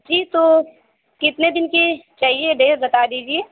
जी तो कितने दिन की चाहिए डे बता दीजिए